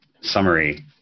summary